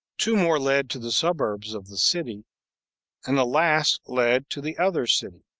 two more led to the suburbs of the city and the last led to the other city,